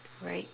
right